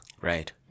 Right